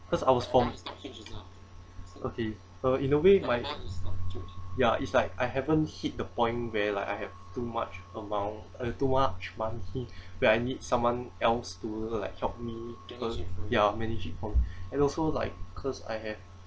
because I was from okay uh in a way my ya it's like I haven't hit the point where like I have too much amount uh too much money but I need someone else to like help me because ya manage it on and also like cause I have